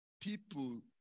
people